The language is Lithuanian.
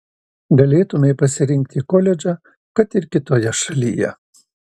galėtumei pasirinkti koledžą kad ir kitoje šalyje